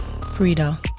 Frida